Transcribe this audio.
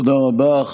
תודה רבה.